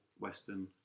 Western